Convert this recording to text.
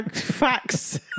facts